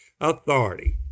authority